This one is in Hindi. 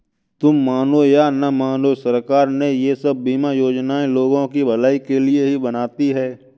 तुम मानो या न मानो, सरकार ये सब बीमा योजनाएं लोगों की भलाई के लिए ही बनाती है